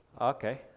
Okay